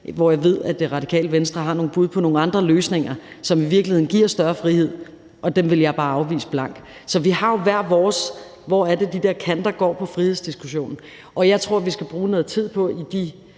hvor jeg ved, at Radikale Venstre har nogle bud på nogle andre løsninger, som i virkeligheden giver større frihed – og dem vil jeg bare blankt afvise. Så vi har jo hver vores holdning til, hvor det er, de der kanter går i frihedsdiskussionen. Jeg tror, vi skal bruge noget tid på i de